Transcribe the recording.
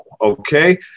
okay